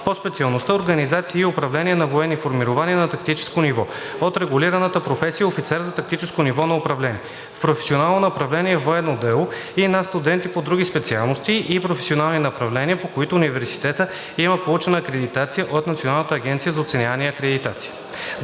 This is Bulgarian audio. по специалността „Организация и управление на военни формирования на тактическо ниво“ от регулираната професия „Офицер за тактическо ниво на управление“ в професионално направление „Военно дело“ и на студенти по други специалности и професионални направления, по които университетът има получена акредитация от Националната агенция за оценяване и акредитация.